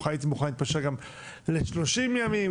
אני מוכן להתפשר גם ל-30 ימים,